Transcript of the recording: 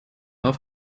auf